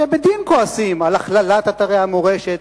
שבדין כועסים על הכללת אתרי המורשת,